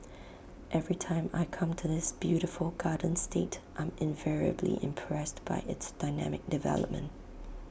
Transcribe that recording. every time I come to this beautiful garden state I'm invariably impressed by its dynamic development